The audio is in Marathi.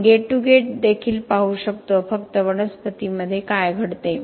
आपण गेट टू गेट देखील पाहू शकतो फक्त कारखान्यामध्ये काय घडते